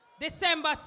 December